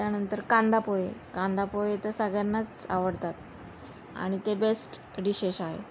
त्यानंतर कांदापोहे कांदापोहे तर सगळ्यांनाच आवडतात आणि ते बेस्ट डिशेश आहे